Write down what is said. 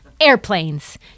Airplanes